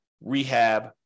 rehab